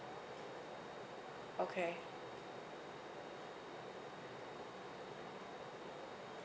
okay